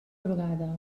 vegada